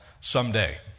someday